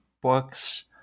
books